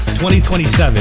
2027